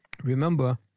remember